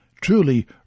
Truly